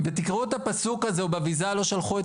ותקראו את הפסוק הזה "ובביזה לא שלחו את